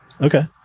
Okay